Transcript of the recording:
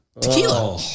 tequila